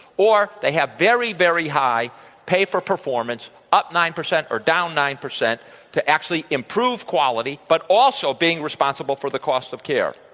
or they have very, very high pay for performance up nine percent or down nine percent to actually improve quality, but also being responsible for the cost of care.